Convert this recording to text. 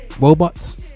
robots